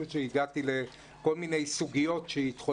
לקנות נעלי ספורט בשביל לעבור מאחת לשנייה.